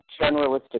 generalistic